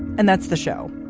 and that's the show.